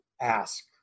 ask